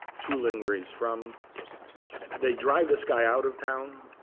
tulln, where he's from they drive this guy out of town.